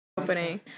opening